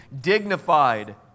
Dignified